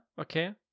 okay